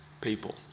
people